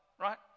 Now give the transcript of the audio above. right